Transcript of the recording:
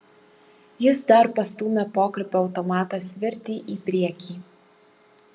jis dar pastūmė pokrypio automato svirtį į priekį